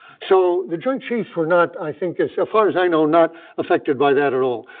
so the joint chiefs were not, i think, as so far as i know, not affected by that at all.